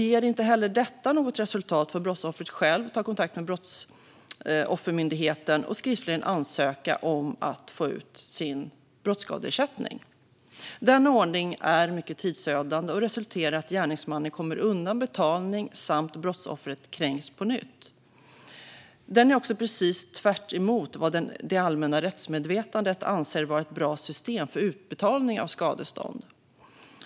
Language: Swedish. Om inte heller detta ger något resultat får brottsoffret själv ta kontakt med Brottsoffermyndigheten för att skriftligen ansöka om att få ut brottsskadeersättning. Denna ordning är mycket tidsödande och resulterar i att gärningsmannen kommer undan betalning samt att brottsoffret kränks på nytt. Detta går också precis tvärtemot vad det allmänna rättsmedvetandet anser vara ett bra system för utbetalning av skadestånd.